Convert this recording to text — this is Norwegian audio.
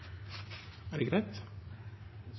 er de